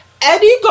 Eddie